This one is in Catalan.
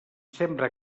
sembra